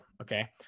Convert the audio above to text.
Okay